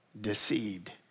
deceived